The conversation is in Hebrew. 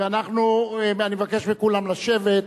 ואני מבקש מכולם לשבת.